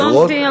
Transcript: קטונתי,